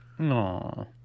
No